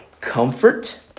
comfort